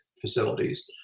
facilities